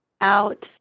out